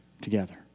together